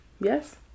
Yes